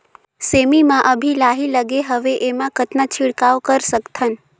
सेमी म अभी लाही लगे हवे एमा कतना छिड़काव कर सकथन?